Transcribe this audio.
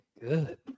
Good